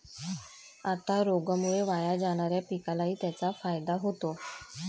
आता रोगामुळे वाया जाणाऱ्या पिकालाही त्याचा फायदा होतो